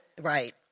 Right